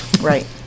right